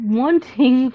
wanting